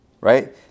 right